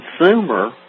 consumer